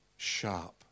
sharp